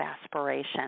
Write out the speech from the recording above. aspiration